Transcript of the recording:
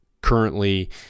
currently